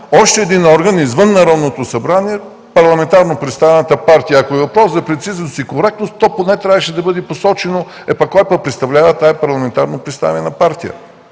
още един орган – извън Народното събрание – парламентарно представената партия. Ако е въпрос за прецизност и коректност, то поне би трябвало да бъде посочено кой представлява тази парламентарно представена партия.